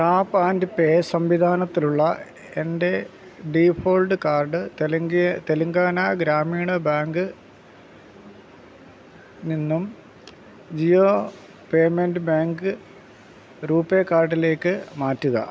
tap and pay സംവിധാനത്തിലുള്ള എൻ്റെ default card തെലിങ്കേ തെലങ്കാന ഗ്രാമീണ ബാങ്ക് നിന്നും ജിയോ പേയ്മെൻറ് ബാങ്ക് റൂപേ കാർഡിലേക്ക് മാറ്റുക